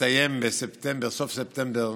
תסתיים בספטמבר, בסוף ספטמבר